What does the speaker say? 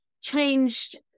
changed